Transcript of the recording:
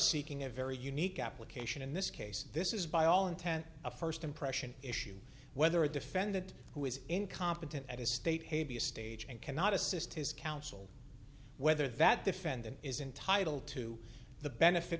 seeking a very unique application in this case this is by all intent a first impression issue whether a defendant who is incompetent at his state hey be a stage and cannot assist his counsel whether that defendant is entitled to the benefit